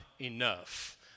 enough